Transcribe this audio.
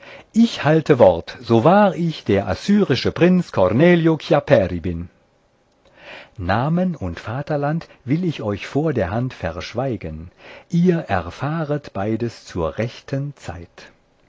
ich halte wort so wahr ich der assyrische prinz cornelio chiapperi bin namen und vaterland will ich euch vor der hand verschweigen ihr erfahret beides zur rechten zeit